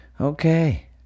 okay